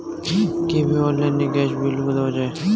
কিভাবে অনলাইনে গ্যাসের বিল দেওয়া যায়?